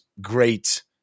great